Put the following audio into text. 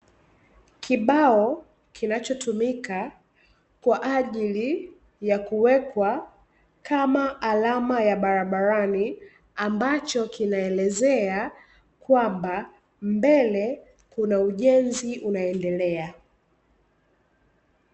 Kibao kinachotumika kwa ajili kuwekwa kama alama ya barabarani, ambacho kinaelezea kwamba, mbele kuna ujenzi unaendelea.